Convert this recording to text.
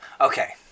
Okay